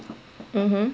mmhmm